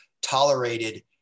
tolerated